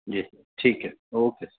جی sir ٹھیک ہے okay سر